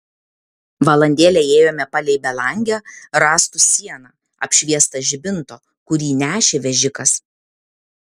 valandėlę ėjome palei belangę rąstų sieną apšviestą žibinto kurį nešė vežikas